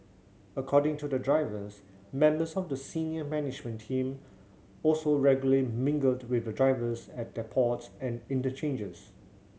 according to the drivers members of the senior management team also regularly mingle to with the drivers at depots and interchanges